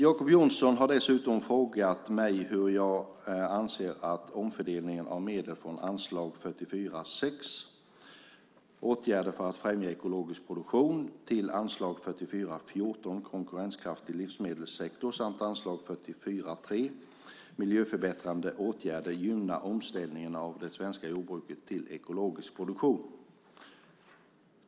Jacob Johnson har dessutom frågat mig hur jag anser att omfördelningen av medel från anslag 44:6 Åtgärder för att främja ekologisk produktion till anslag 43:14 Konkurrenskraftig livsmedelssektor samt anslag 44:3 Miljöförbättrande åtgärder gynnar omställning av det svenska jordbruket till ekologisk produktion.